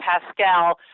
Pascal